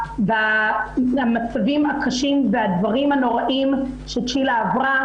המצבים הקשים והדברים הנוראיים שצ'ילה עברה.